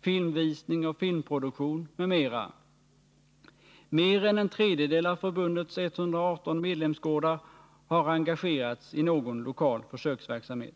filmvisning och filmproduktion m.m. Mer än en tredjedel av förbundets 118 medlemsgårdar har engagerats i någon lokal försöksverksamhet.